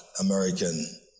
American